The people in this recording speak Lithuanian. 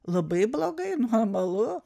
labai blogai normalu